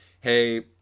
hey